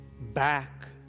back